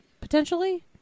potentially